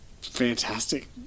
fantastic